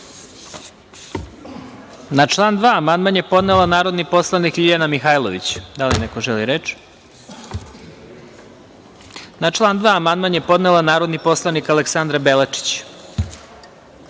član 2. amandman je podnela narodni poslanik Ljiljana Mihajlović. Da li neko želi reč? Na član 2. amandman je podnela narodni poslanik Aleksandra Belačić. Na